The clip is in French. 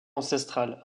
ancestrales